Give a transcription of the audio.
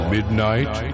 Midnight